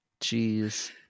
Jeez